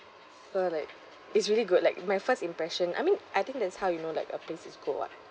uh like it's really good like my first impression I mean I think that's how you know like a place is good [what]